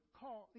call